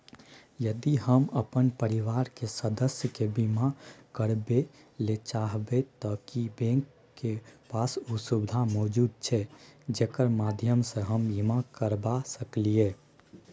यदि हम अपन परिवार के सदस्य के बीमा करबे ले चाहबे त की बैंक के पास उ सुविधा मौजूद छै जेकर माध्यम सं हम बीमा करबा सकलियै?